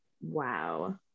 wow